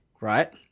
right